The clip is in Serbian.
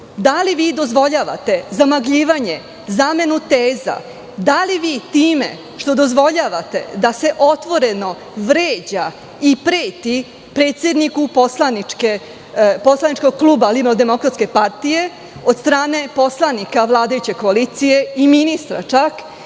li vi dozvoljavate zamagljivanje, zamenu teza, da li vi time što dozvoljavate da se otvoreno vređa i preti predsedniku poslaničkog kluba LDP od strane poslanika vladajuće koalicije i ministra čak,